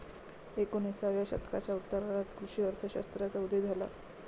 एकोणिसाव्या शतकाच्या उत्तरार्धात कृषी अर्थ शास्त्राचा उदय झाला